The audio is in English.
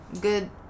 good